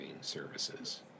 services